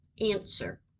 Answer